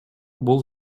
бул